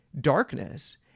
darkness